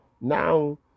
Now